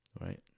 Right